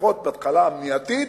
לפחות בהתחלה המניעתית,